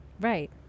right